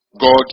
God